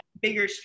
bigger